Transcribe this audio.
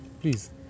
please